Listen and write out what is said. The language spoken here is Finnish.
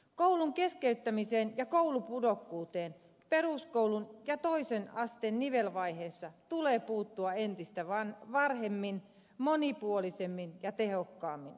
koulun keskeyttämiseen ja koulupudokkuuteen peruskoulun ja toisen asteen nivelvaiheessa tulee puuttua entistä varhemmin monipuolisemmin ja tehokkaammin